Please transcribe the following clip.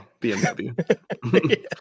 BMW